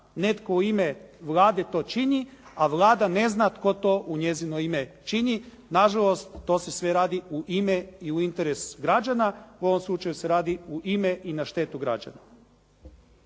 netko u ime Vlade to čini, a Vlada ne zna tko to u njezino ime čini, nažalost to se sve radi u ime i u interes građana, u ovom slučaju se radi u ime i na štetu građana.